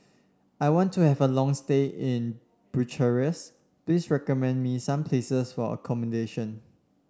I want to have a long stay in Bucharest please recommend me some places for accommodation